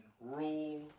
rule